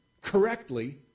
correctly